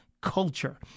culture